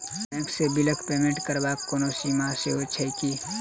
Bank सँ बिलक payment करबाक कोनो सीमा सेहो छैक की?